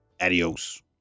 Adios